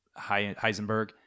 Heisenberg